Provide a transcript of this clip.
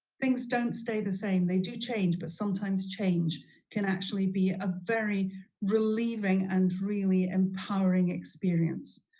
things don't stay the same. they do change, but sometimes change can actually be a very relieving and really empowering experience.